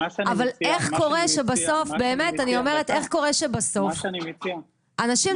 אבל באמת אני אומרת: איך קורה שבסוף --- מה שאני מציע --- אלה,